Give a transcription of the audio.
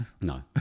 no